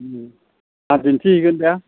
ओ आं दिन्थिहैगोन दे